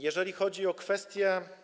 Jeżeli chodzi o kwestie.